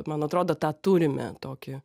man atrodo tą turime tokį